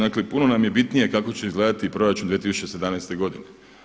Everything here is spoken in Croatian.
Dakle, puno nam je bitnije kako će izgledati proračun 2017. godine.